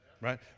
right